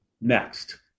next